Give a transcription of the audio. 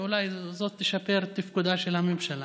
ואולי היא תשפר את תפקודה של הממשלה.